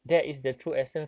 mm